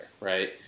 right